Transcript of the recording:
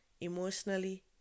emotionally